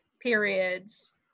periods